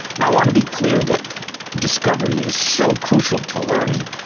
and i want to be clear that discovery is so crucial to learning.